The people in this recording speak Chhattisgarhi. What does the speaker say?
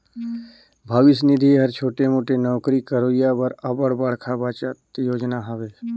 भविस निधि हर छोटे मोटे नउकरी करोइया बर अब्बड़ बड़खा बचत योजना हवे